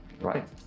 right